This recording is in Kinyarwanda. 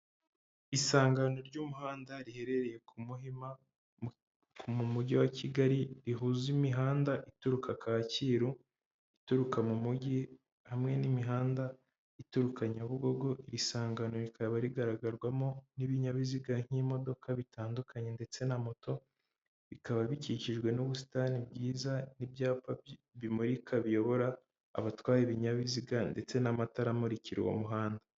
Isangano ry'umuhanda riherereye ku Muhima mu mujyi wa Kigali rihuza imihanda ituruka Kacyiru, ituruka mu mujyi, hamwe n'imihanda ituruka Nyabugogo. Iri sangano rikaba rigaragarwamo n'ibinyabiziga nk'imodoka, bitandukanye ndetse na moto, bikaba bikikijwe n'ubusitani bwiza n'ibyapa bimurika biyobora abatwa ibinyabiziga ndetse n'amatara amurikira uwo muhanda.